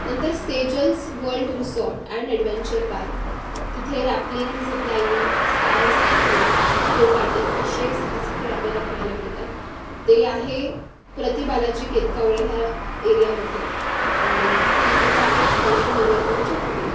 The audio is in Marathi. नंतर Sejal's world resort and adventure park तिथे rappelling ziplining sky cycling go karting असेही साहसी खेळ आपल्याला खेळायला मिळतात ते आहे प्रतिबालाजी केतकावळे ह्या एरियामध्ये आणि किंमत आहे नऊशे नव्याण्णवच्या पुढे